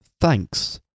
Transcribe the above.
Thanks